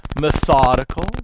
methodical